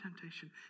temptation